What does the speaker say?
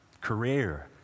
career